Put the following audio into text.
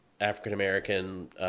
African-American